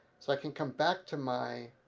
so i can come back to my